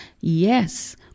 Yes